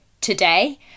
today